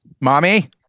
mommy